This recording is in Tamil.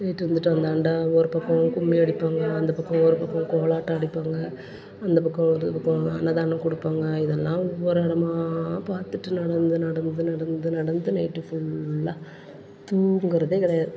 போயிட்டு வந்துட்டு அந்தாண்ட ஒரு பக்கம் கும்மி அடிப்பாங்க அந்த பக்கம் ஒரு பக்கம் கோலாட்டம் அடிப்பாங்க அந்த பக்கம் ஒரு பக்கம் அன்னதானம் கொடுப்பாங்க இதெல்லாம் ஒவ்வொரு இடமா பார்த்துட்டு நடந்து நடந்து நடந்து நடந்து நைட்டு ஃபுல்லா தூங்கிறதே கிடையாது